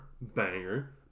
banger